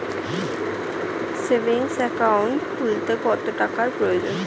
Savings account খুলতে কত টাকার প্রয়োজন?